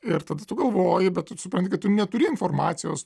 ir tada tu galvoji bet tu supranti kad tu neturi informacijos